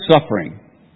suffering